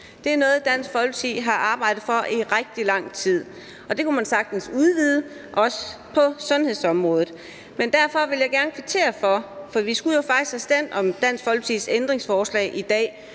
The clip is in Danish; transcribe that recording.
Det er noget, Dansk Folkeparti har arbejdet for i rigtig lang tid, og det kunne man sagtens udvide til også at gælde sundhedsområdet. Det vil jeg gerne kvittere for, for vi skulle jo faktisk have stemt om Dansk Folkepartis ændringsforslag i dag.